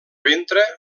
ventre